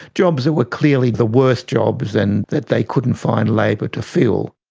jobs that were clearly the worst jobs and that they couldn't find labour to fill.